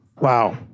Wow